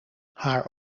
haar